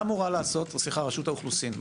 רשות האוכלוסין,